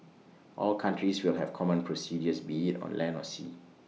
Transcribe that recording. all countries will have common procedures be IT on land or sea